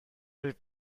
n’avez